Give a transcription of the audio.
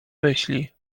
myśli